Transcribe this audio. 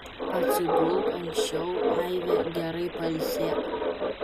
atsigulk anksčiau aive gerai pailsėk